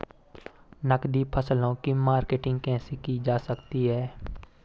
नकदी फसलों की मार्केटिंग कैसे की जा सकती है?